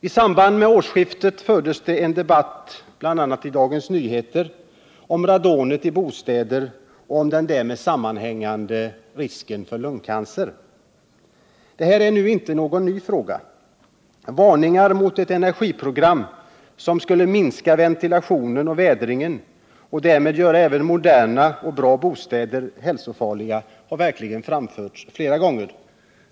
I samband med årsskiftet fördes en debatt i bl.a. Dagens Nyheter om radonet i bostäder och den därmed sammanhängande risken för lungcancer. é Det här är inte någon ny fråga; varningar mot ett energiprogram som skulle minska ventilationen och vädringen och därmed göra även moderna och bra bostäder hälsofarliga har verkligen framförts flera gånger.